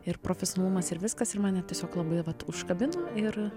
ir profesionalumas ir viskas ir mane tiesiog labai vat užkabino ir